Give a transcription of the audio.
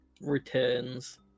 returns